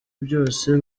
byose